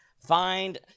Find